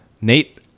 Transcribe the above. Nate